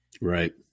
Right